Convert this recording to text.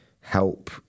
help